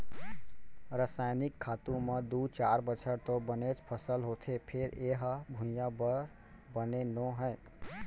रसइनिक खातू म दू चार बछर तो बनेच फसल होथे फेर ए ह भुइयाँ बर बने नो हय